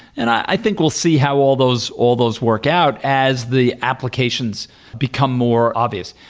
and i think we'll see how all those all those work out as the applications become more obvious.